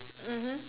mmhmm